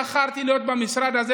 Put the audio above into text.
בחרתי להיות במשרד הזה,